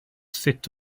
sut